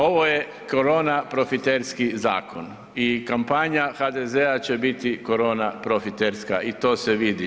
Ovo je korona profiterski zakon i kampanja HDZ-a će biti korona profiterska i to se vidi.